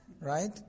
right